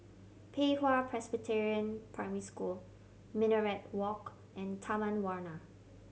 Pei Hwa Presbyterian Primary School Minaret Walk and Taman Warna